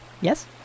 Yes